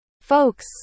Folks